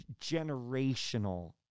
generational